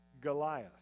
Goliath